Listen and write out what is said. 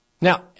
Now